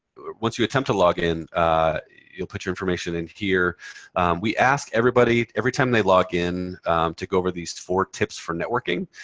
once you attempt to log in you'll put your information in here we ask everybody every time they log in to go over these four tips for networking,